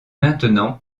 maintenant